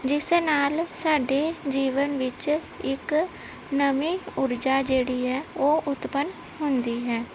ਜਿਸ ਨਾਲ ਸਾਡੇ ਜੀਵਨ ਵਿੱਚ ਇੱਕ ਨਵੀਂ ਊਰਜਾ ਜਿਹੜੀ ਹੈ ਉਹ ਉਤਪੰਨ ਹੁੰਦੀ ਹੈ